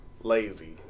lazy